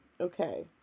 Okay